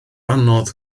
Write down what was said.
anodd